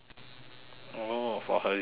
oh for holiday